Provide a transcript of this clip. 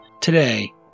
Today